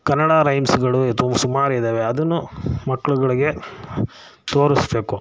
ಕನ್ನಡ ರೈಮ್ಸ್ಗಳು ಥೂ ಸುಮಾರು ಇದ್ದಾವೆ ಅದನ್ನು ಮಕ್ಕಳುಗಳಿಗೆ ತೋರಿಸ್ಬೇಕು